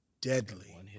deadly